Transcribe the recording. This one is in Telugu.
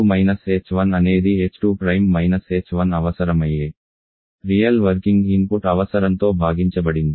అంటే h2 h1 అనేది h2 h1 అవసరమయ్యే రియల్ వర్కింగ్ ఇన్పుట్ అవసరంతో భాగించబడింది